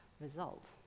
result